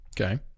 Okay